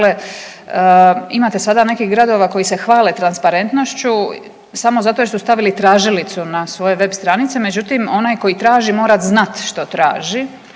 dakle, imate sada nekih gradova koji se hvale transparentnošću samo zato jer su stavili tražilicu na svoje web stranice međutim onaj koji traži mora znati što traži,